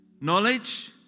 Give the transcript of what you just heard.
knowledge